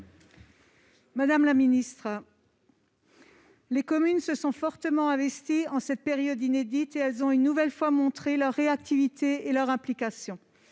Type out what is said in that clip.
Madame la ministre, les communes se sont fortement investies en cette période inédite, et elles ont une nouvelle fois montré leur réactivité et leur implication.